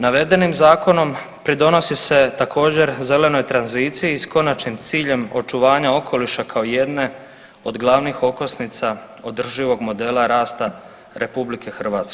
Navedenim zakonom pridonosi se također zelenoj tranziciji s konačnim ciljem očuvanja okoliša kao jedne od glavnih okosnica održivog modela rasta RH.